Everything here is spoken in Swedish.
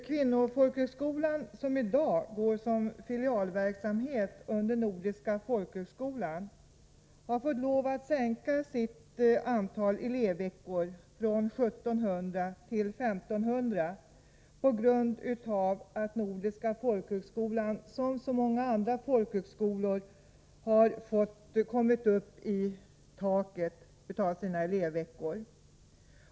Kvinnofolkhögskolan, som i dag bedrivs som filialverksam 121 het till Nordiska folkhögskolan, har tvingats sänka antalet elevveckor från 1 700 till 1 500 på grund av att Nordiska folkhögskolan, som så många andra folkhögskolor, har kommit upp i taket för antalet elevveckor.